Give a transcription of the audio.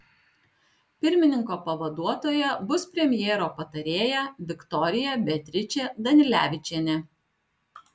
pirmininko pavaduotoja bus premjero patarėja viktorija beatričė danilevičienė